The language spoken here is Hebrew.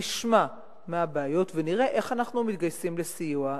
נשמע מה הבעיות ונראה איך אנחנו מתגייסים לסיוע.